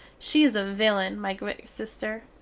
she is a villain, my great sister.